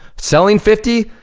selling fifty,